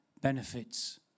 benefits